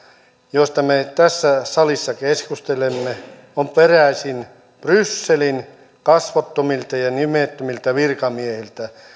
joista me tässä salissa keskustelemme on peräisin brysselin kasvottomilta ja nimettömiltä virkamiehiltä